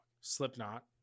Slipknot